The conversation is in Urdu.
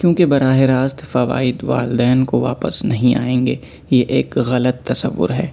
کیونکہ براہ راست فوائد والدین کو واپس نہیں آئیں گے یہ ایک غلط تصور ہے